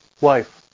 wife